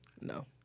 No